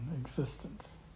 existence